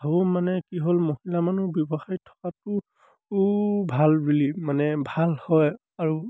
ভাবোঁ মানে কি হ'ল মহিলা মানুহ ব্যৱসায়ত থকাটো ভাল বুলি মানে ভাল হয় আৰু